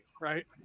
right